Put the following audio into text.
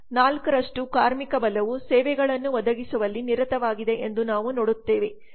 4 ರಷ್ಟು ಕಾರ್ಮಿಕ ಬಲವು ಸೇವೆಗಳನ್ನು ಒದಗಿಸುವಲ್ಲಿ ನಿರತವಾಗಿದೆ ಎಂದು ನಾವು ನೋಡುತ್ತೇವೆ